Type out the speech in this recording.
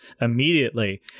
immediately